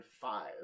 five